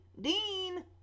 Dean